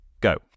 go